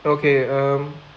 okay um